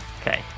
Okay